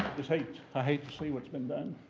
just hate i hate to see what's been done.